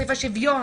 סעיף השוויון,